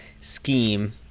scheme